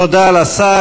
תודה לשר.